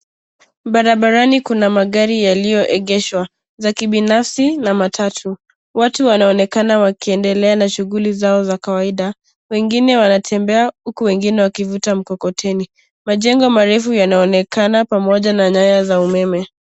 Barabarani kuna magari yaliyoegeshwa, za kibinafsi na matatu. Watu wanaonekana wakiendelea na shughuli zao za kawaida. Wengine wanatembea huku wengine wakivuta mkokoteni. Majengo marefu yanaonekana pamoja na nyaya za umeme.